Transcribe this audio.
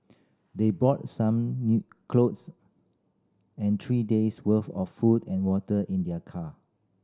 they brought some clothes and three days' worth of food and water in their car